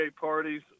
parties